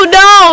no